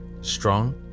strong